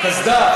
קסדה.